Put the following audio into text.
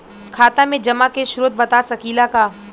खाता में जमा के स्रोत बता सकी ला का?